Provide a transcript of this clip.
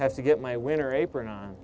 have to get my winter apron on